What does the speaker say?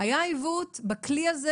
בכלי הזה,